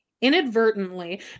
Inadvertently